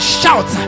shout